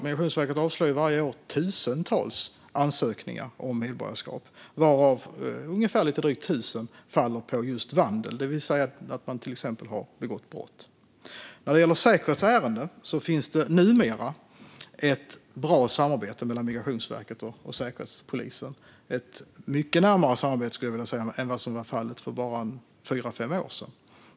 Migrationsverket avslår varje år tusentals ansökningar om medborgarskap, varav lite drygt 1 000 på grund av just vandel, det vill säga att man till exempel har begått brott. När det gäller säkerhetsärenden finns det numera ett bra samarbete mellan Migrationsverket och Säkerhetspolisen. Det är ett mycket närmare samarbete än vad som var fallet för bara fyra fem år sedan.